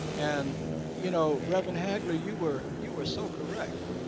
and you know reverend hagler you were you were so correct